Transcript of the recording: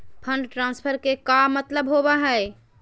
Fund transfer के का मतलब होव हई?